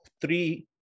three